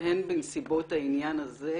והן בנסיבות העניין הזה,